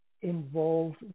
involved